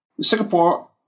Singapore